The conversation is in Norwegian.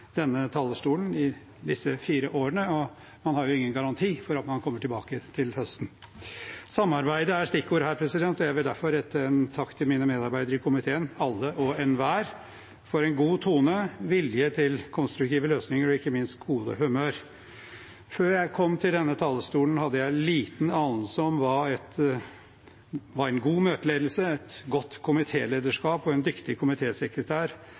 denne talerstolen i disse fire årene – og man har jo ingen garanti for at man kommer tilbake til høsten. Samarbeid er stikkordet her, og jeg vil derfor rette en takk til mine medarbeidere i komiteen, alle og enhver, for en god tone, vilje til konstruktive løsninger og ikke minst godt humør. Før jeg kom til denne talerstolen, hadde jeg lite anelse om hva en god møteledelse, et godt komitélederskap og en dyktig